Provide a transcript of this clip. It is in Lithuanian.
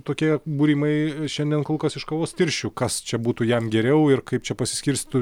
tokie būrimai šiandien kol kas iš kavos tirščių kas čia būtų jam geriau ir kaip čia pasiskirstytų